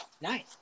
nice